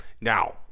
Now